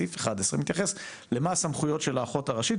בסעיף 11 מתייחס למה הסמכויות של האחות הראשית,